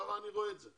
כך אני רואה את זה.